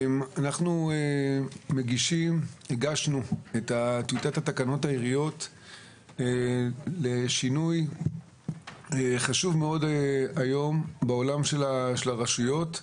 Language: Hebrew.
הגשנו את טיוטת תקנות העיריות לשינוי חשוב מאוד היום בעולם של הרשויות.